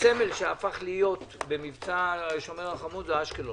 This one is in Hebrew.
הסמל שהפך להיות במבצע שומר החומות זה אשקלון.